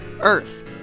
Earth